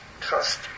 trust